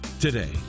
Today